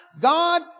God